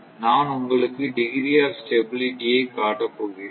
நான் உங்களுக்கு degree of stability ஐ காட்டப் போகிறேன்